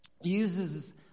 uses